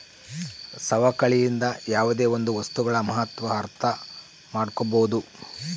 ಸವಕಳಿಯಿಂದ ಯಾವುದೇ ಒಂದು ವಸ್ತುಗಳ ಮಹತ್ವ ಅರ್ಥ ಮಾಡ್ಕೋಬೋದು